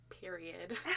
period